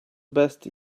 best